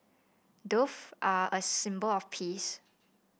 doves are a symbol of peace